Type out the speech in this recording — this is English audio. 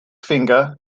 finger